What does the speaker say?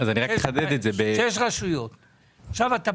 קרן לצמצום פערים.